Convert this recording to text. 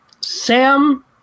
Sam